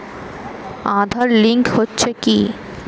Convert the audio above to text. Aadhaar link হচ্ছে কি?